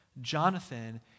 Jonathan